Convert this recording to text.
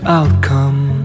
outcome